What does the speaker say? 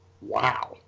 wow